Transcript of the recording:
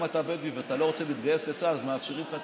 אם אתה בדואי ואתה לא רוצה להתגייס לצה"ל אז מאפשרים לך,